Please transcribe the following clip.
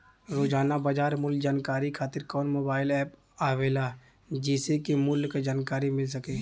रोजाना बाजार मूल्य जानकारी खातीर कवन मोबाइल ऐप आवेला जेसे के मूल्य क जानकारी मिल सके?